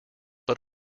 but